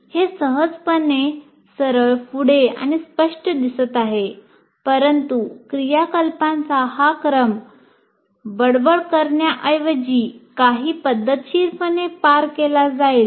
हे सहजपणे सरळ पुढे आणि स्पष्ट दिसत आहे परंतु क्रियाकलापांचा हा क्रम बडबड करण्याऐवजी काही पद्धतशीरपणे पार केला जाईल